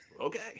okay